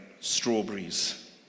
strawberries